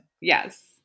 Yes